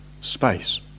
space